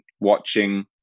watching